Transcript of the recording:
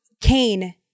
Cain